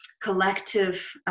collective